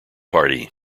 party